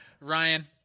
Ryan